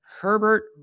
Herbert